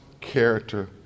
character